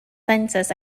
census